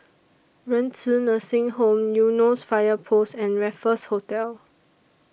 Renci Nursing Home Eunos Fire Post and Raffles Hotel